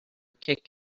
kick